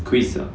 quiz ah